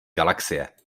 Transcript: galaxie